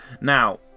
Now